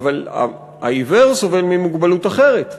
אבל העיוור סובל ממוגבלות אחרת.